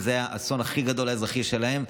זה היה האסון האזרחי הכי גדול שלהם,